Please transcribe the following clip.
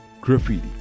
graffiti